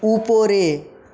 উপরে